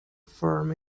firm